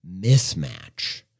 mismatch